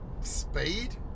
speed